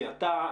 כי אתה,